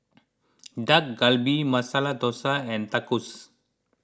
Dak Galbi Masala Dosa and Tacos